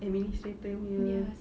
administrator punya